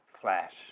flash